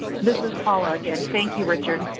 this is paula again. thank you, richard.